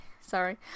sorry